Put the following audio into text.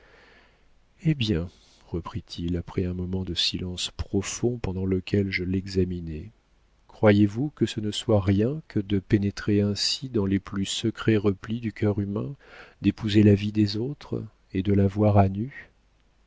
eh bien reprit-il après un moment de silence profond pendant lequel je l'examinais croyez-vous que ce ne soit rien que de pénétrer ainsi dans les plus secrets replis du cœur humain d'épouser la vie des autres et de la voir à nu